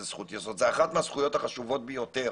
זכות יסוד זאת אחת מהזכויות החשובות ביותר